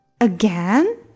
Again